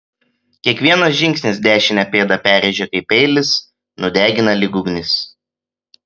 kiekvienas žingsnis dešinę pėdą perrėžia kaip peilis nudegina lyg ugnis